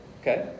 Okay